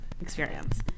experience